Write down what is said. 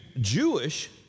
Jewish